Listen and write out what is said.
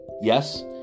Yes